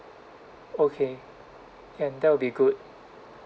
okay can that will be good